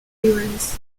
clearance